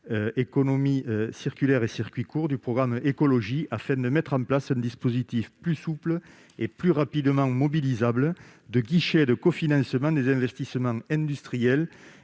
Économie circulaire et circuits courts, du programme 362, « Écologie ». Il s'agit de mettre en place un dispositif plus souple et plus rapidement mobilisable de guichet de cofinancement des investissements industriels,